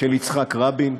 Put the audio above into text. של יצחק רבין,